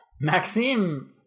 Maxime